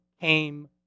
came